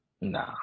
Nah